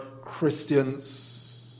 Christians